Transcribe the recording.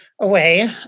away